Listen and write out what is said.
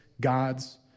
God's